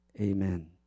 amen